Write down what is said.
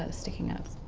ah sticking up.